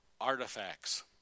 artifacts